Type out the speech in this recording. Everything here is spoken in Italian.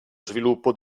sviluppo